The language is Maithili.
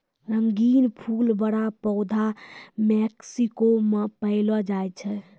रंगीन फूल बड़ा पौधा मेक्सिको मे पैलो जाय छै